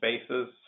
spaces